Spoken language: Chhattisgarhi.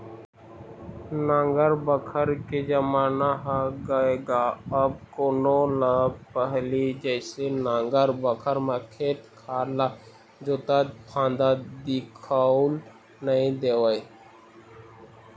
नांगर बखर के जमाना ह गय गा अब कोनो ल पहिली जइसे नांगर बखर म खेत खार ल जोतत फांदत दिखउल नइ देवय